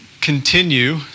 continue